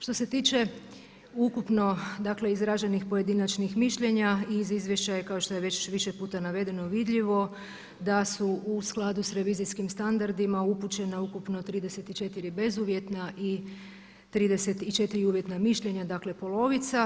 Što se tiče ukupno dakle izraženih pojedinačnih mišljenja iz izvješća je kao što je već više puta navedeno vidljivo da su u skladu s revizijskim standardima upućeno ukupno 34 bezuvjetna i 34 uvjetna mišljenja, dakle polovica.